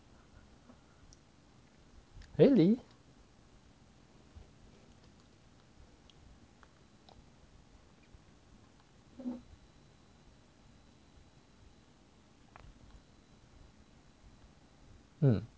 really